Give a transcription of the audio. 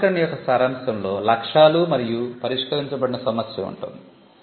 కాబట్టి ఆవిష్కరణ యొక్క సారాంశంలో లక్ష్యాలు మరియు పరిష్కరించబడిన సమస్య ఉంటుంది